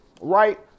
right